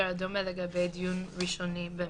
את